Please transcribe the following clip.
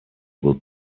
will